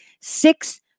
six